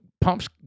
pumps